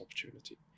opportunity